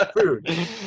food